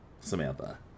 Samantha